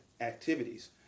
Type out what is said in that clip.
activities